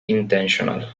intentional